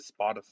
Spotify